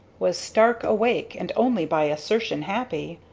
was stark awake and only by assertion happy.